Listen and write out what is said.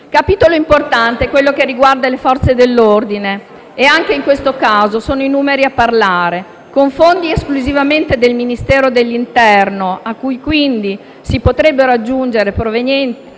capitolo importante è quello che riguarda le Forze dell'ordine e anche in questo caso sono i numeri a parlare: con fondi esclusivamente del Ministero dell'interno - a cui quindi si potrebbero aggiungere altri